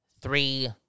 three